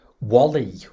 Wally